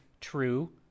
true